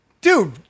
Dude